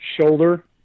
shoulder